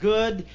Good